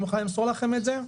אני מוכנה למסור לכם את זה,